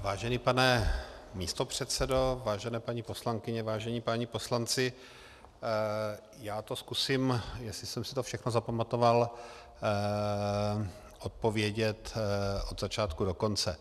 Vážený pane místopředsedo, vážené paní poslankyně, vážení páni poslanci, já to zkusím, jestli jsem si to všechno zapamatoval, odpovědět od začátku do konce.